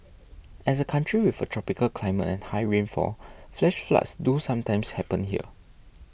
as a country with a tropical climate and high rainfall flash floods do sometimes happen here